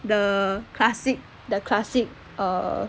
the classic the classic err